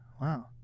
Wow